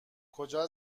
کجا